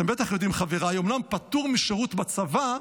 אתם בטח יודעים, חבריי, אומנם פטור משירות בצבא,